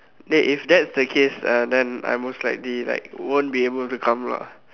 dey if that's the case uh then I most likely like won't be able to come lah